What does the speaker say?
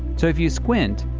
so if you squint,